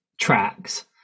tracks